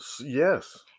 Yes